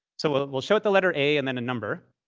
so we'll we'll show it the letter a, and then a number,